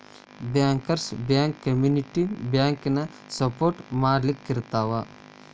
bankers bank community ಬ್ಯಾಂಕನ support ಮಾಡ್ಲಿಕ್ಕಿರ್ತಾವ